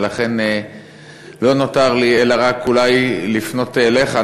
ולכן לא נותר לי אלא רק אולי לפנות אליך,